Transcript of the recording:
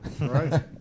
Right